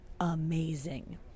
Amazing